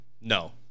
No